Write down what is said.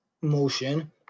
motion